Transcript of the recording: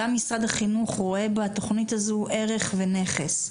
גם משרד החינוך כפי ששמענו ממש עכשיו רואה בתוכנית הזאת ערך רב והכס,